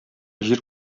җир